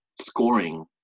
scoring